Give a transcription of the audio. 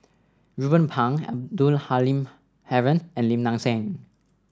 Ruben Pang Abdul Halim Haron and Lim Nang Seng